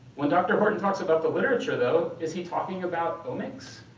when dr. horton talks about the literature, though, is he talking about omics?